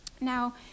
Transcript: Now